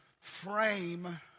frame